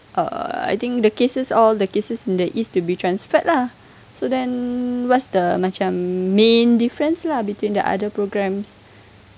err I think the cases all the cases in the east to be transferred lah so then what's the macam main difference lah between the other programs